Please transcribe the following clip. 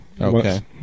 Okay